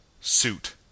suit